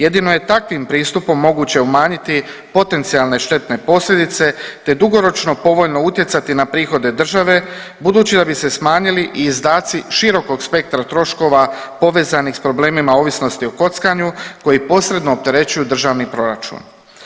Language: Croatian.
Jedino je takvim pristupom moguće umanjiti potencijalne štetne posljedice te dugoročno povoljno utjecati na prihode države budući da bi se smanjili i izdaci širokog spektra troškova povezanih s problemima ovisnosti o kockanju koji posredno opterećuju državni proračun.